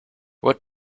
what